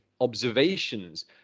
observations